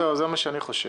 זה מה שאני חושב.